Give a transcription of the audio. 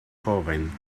joven